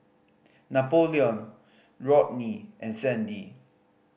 Napoleon Rodney and Sandy